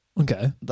Okay